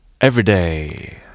Everyday